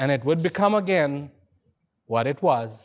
and it would become again what it was